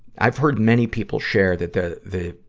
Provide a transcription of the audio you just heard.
i've heard many people share that the, the,